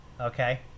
okay